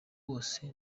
wose